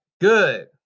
Good